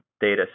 data